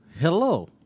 Hello